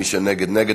מי שנגד, נגד.